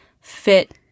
fit